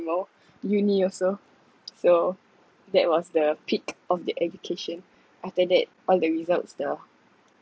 anymore uni also so that was the peak of the education after that all the results th~